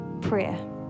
Prayer